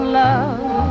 love